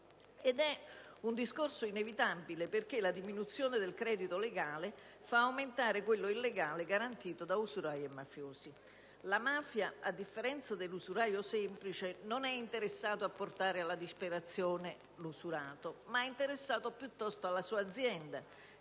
È un discorso inevitabile, perché la diminuzione del credito legale fa aumentare quello illegale, garantito da usurai e mafiosi. La mafia, a differenza dell'usuraio semplice, non è interessata a portare alla disperazione l'usurato, quanto piuttosto alla sua azienda,